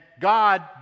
God